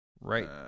Right